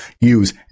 use